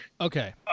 Okay